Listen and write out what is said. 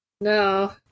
No